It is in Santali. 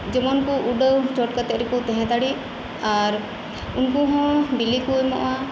ᱡᱮᱢᱚᱱᱠᱩ ᱩᱰᱟᱹᱣ ᱪᱚᱴ ᱠᱟᱛᱮ ᱨᱮᱠᱩ ᱛᱟᱦᱮᱸ ᱫᱟᱲᱤᱜ ᱟᱨ ᱩᱱᱠᱩᱦᱚᱸ ᱵᱤᱞᱤᱠᱩ ᱮᱢᱚᱜᱼᱟ